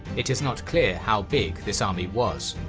it is not clear how big this army was.